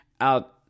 out